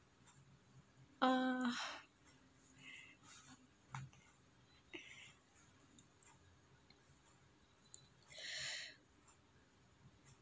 uh